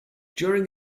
during